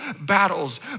battles